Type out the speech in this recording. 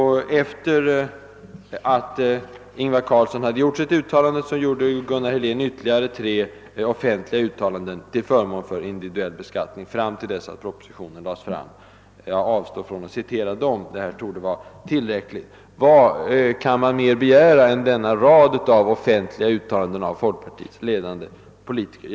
Efter att Ingvar Carlsson hade hållit sitt anförande gjorde herr Helén ytterligare ett antal offentliga uttalanden till förmån för individuell beskattning under tiden tills propositionen lades fram. Jag skall avstå från att citera dem — vad jag redan har läst upp torde vara tillräckligt. Vad kan man mer begära än denna rad av uttalanden av folkpartiets ledande politiker?